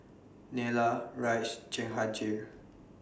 Neila Raj Jehangirr